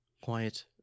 Quiet